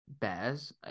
bears